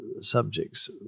Subjects